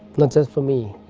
not just for me,